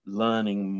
learning